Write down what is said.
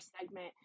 segment